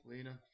Lena